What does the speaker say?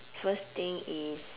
first thing is